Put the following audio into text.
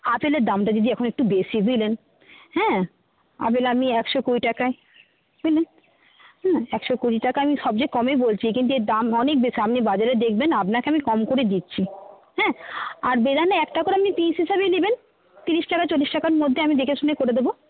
আপেলের দামটা দিদি এখন একটু বেশি বুঝলেন হ্যাঁ আপেল আপনি একশো কুড়ি টাকায় হ্যাঁ একশো কুড়ি টাকায় আমি সবচেয়ে কমে বলছি কিন্তু এর দাম অনেক বেশি আপনি বাজারে দেখবেন আপনাকে আমি কম করেই দিচ্ছি হ্যাঁ আর বেদানা একটা করে আপনি পিস হিসাবেই নেবেন তিরিশ টাকা চল্লিশ টাকার মধ্যে আমি দেখেশুনে করে দেবো